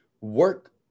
work